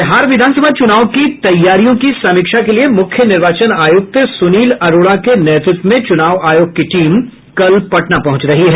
बिहार विधान सभा चूनाव की तैयारियों की समीक्षा के लिए मुख्य निर्वाचन आयुक्त सुनील अरोड़ा के नेतृत्व में चुनाव आयोग की टीम कल पटना पहुंच रही है